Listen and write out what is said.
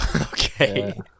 Okay